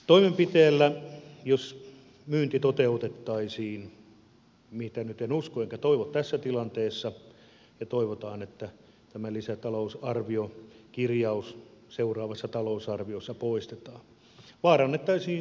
toimenpiteellä jos myynti toteutettaisiin mitä nyt en usko enkä toivo tässä tilanteessa ja toivotaan että tämä lisätalousarviokirjaus seuraavassa talousarviossa poistetaan vaarannettaisiin suomalainen valkuaistuotanto